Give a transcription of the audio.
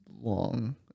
long